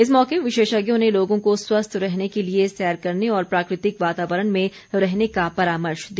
इस मौके विशेषज्ञों ने लोगों को स्वस्थ रहने के लिए सैर करने और प्राकृतिक वातावरण में रहने का परामर्श दिया